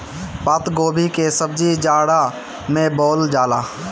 पातगोभी के सब्जी जाड़ा में बोअल जाला